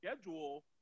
schedule